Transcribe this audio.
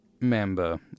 member